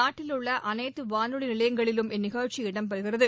நாட்டில் உள்ள அனைத்து வானொலி நிலையங்களிலும் இந்நிகழ்ச்சி இடம்பெறுகிறது